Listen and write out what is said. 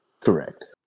Correct